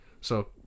So-